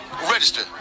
register